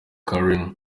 karim